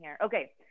Okay